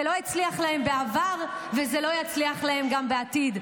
זה לא הצליח להם בעבר וזה לא יצליח להם גם בעתיד.